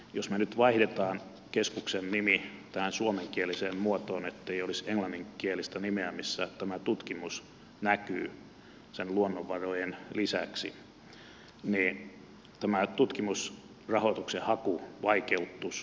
jos me nyt vaihdamme keskuksen nimen tähän suomenkieliseen muotoon niin ettei olisi englanninkielistä nimeä missä tämä tutkimus näkyy sen luonnonvarojen lisäksi niin tämä tutkimusrahoituksen haku vaikeutuisi huomattavasti